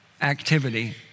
Activity